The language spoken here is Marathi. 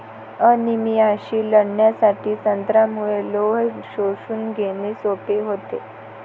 अनिमियाशी लढण्यासाठी संत्र्यामुळे लोह शोषून घेणे सोपे होते